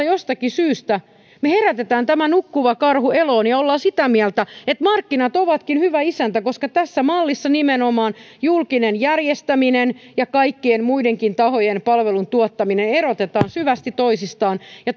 jostakin syystä me herätämme tämän nukkuvan karhun eloon ja olemme sitä mieltä että markkinat ovatkin hyvä isäntä koska tässä mallissa nimenomaan julkinen järjestäminen ja kaikkien muidenkin tahojen palvelun tuottaminen erotetaan syvästi toisistaan ja